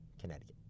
Connecticut